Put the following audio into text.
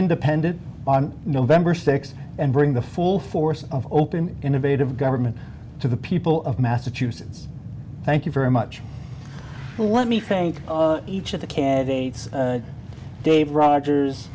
independent on november sixth and bring the full force of open innovative government to the people of massachusetts thank you very much let me thank each of the candidates dave rogers